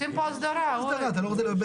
בעמוד